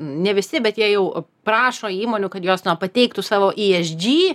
ne visi bet jie jau prašo įmonių kad jos na pateiktų savo i es džy